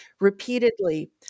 repeatedly